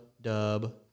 dub